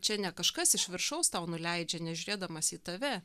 čia ne kažkas iš viršaus tau nuleidžia nežiūrėdamas į tave